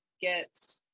get